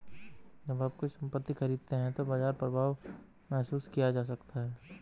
जब आप कोई संपत्ति खरीदते हैं तो बाजार प्रभाव महसूस किया जा सकता है